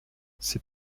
ses